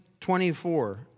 24